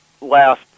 last